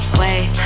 wait